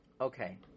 Okay